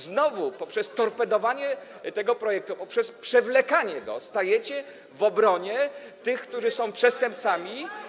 Znowu poprzez torpedowanie tego projektu, poprzez przewlekanie go stajecie w obronie tych, którzy są przestępcami.